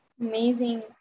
Amazing